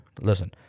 listen